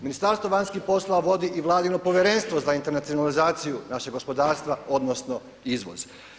Ministarstvo vanjskih poslova vodi i Vladino Povjerenstvo za internacionalizaciju našeg gospodarstva odnosno izvoz.